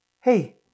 Hey